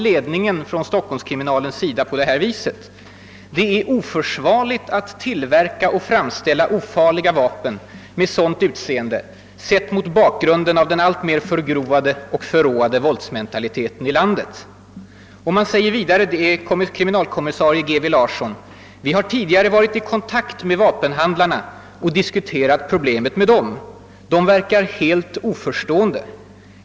Ledningen för Stockholmskriminalen säger så här: »Det är oförsvarligt av tillverkarna att framställa ”ofarliga” vapen med sådant utseende sett mot bakgrunden av den alltmer förgrovade och förråade våldsmentaliteten i landet.» Kriminalkommissarie G. W. Larsson yttrar vidare: »Vi har tidigare varit i kontakt med vapenhandlarna och diskuterat problemet med dem. De verkar helt oförstående.